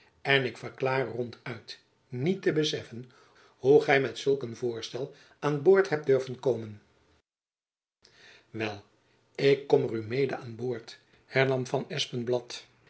en ik verklaar ronduit niet te beseffen hoe gy my met zulk een voorstel aan boord hebt durven komen jacob van lennep elizabeth musch wel ik kom er u mede aan boord hernam van